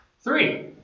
Three